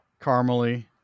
caramely